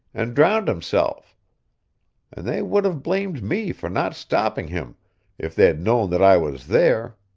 and drowned himself and they would have blamed me for not stopping him if they'd known that i was there.